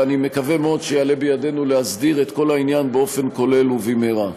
ואני מקווה מאוד שיעלה בידנו להסדיר את כל העניין באופן כולל ובמהרה.